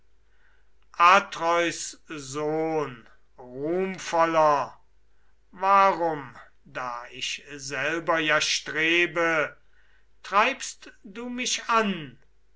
atreus sohn ruhmvoller warum da ich selber ja strebe treibst du mich an